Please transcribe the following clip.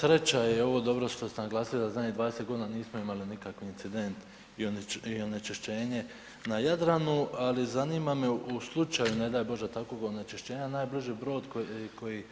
Sreća je ovo dobro što ste naglasili da zadnjih 20 godina nismo imali nikakav incident i onečišćenje na Jadranu, ali zanima me u slučaju, ne daj Bože, takvog onečišćenja, najbliži brod koji